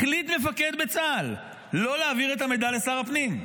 החליט מפקד בצה"ל שלא להעביר את המידע לשר הפנים.